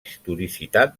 historicitat